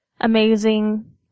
amazing